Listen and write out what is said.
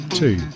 two